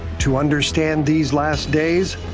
to understand these last days,